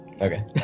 Okay